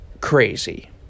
crazy